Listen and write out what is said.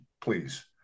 please